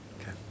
Okay